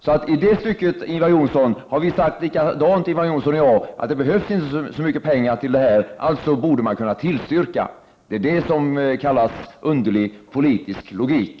I detta sammanhang har Ingvar Johnsson och jag sagt samma sak, nämligen att det inte behövs så mycket pengar till detta, alltså borde det kunna bifallas. Det är detta som kallas underlig politisk logik.